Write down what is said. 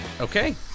Okay